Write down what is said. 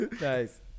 nice